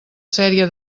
sèrie